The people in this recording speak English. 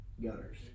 gutters